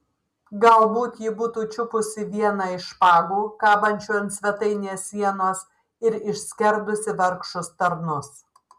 galbūt ji būtų čiupusi vieną iš špagų kabančių ant svetainės sienos ir išskerdusi vargšus tarnus